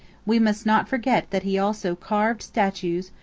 we must not forget that he also carved statues,